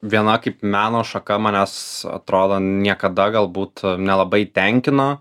viena kaip meno šaka manęs atrodo niekada galbūt nelabai tenkina